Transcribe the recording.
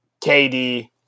kd